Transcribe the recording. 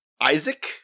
Isaac